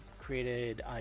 created